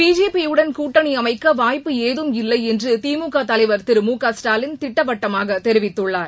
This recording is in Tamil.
பிஜேபி யுடன் கூட்டணி அமைக்க வாய்ப்பு ஏதும் இல்லை என்று திமுக தலைவர் திரு மு க ஸ்டாலின் திட்டவட்டமாக தெரிவித்துள்ளார்